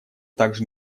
также